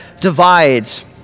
divides